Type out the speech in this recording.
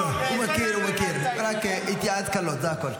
הוא מכיר, רק התייעץ קלות, זה הכול.